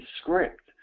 script